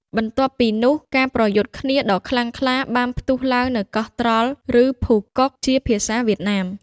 បន្ទាប់ពីនោះ ការប្រយុទ្ធគ្នាដ៏ខ្លាំងក្លាបានផ្ទុះឡើងនៅកោះត្រល់ ឬភូកុក ជាភាសាវៀតណាម។